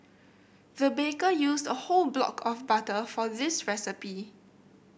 the baker used a whole block of butter for this recipe